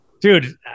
Dude